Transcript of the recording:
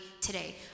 today